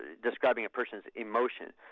describing a person's emotion.